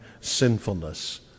sinfulness